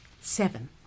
Seven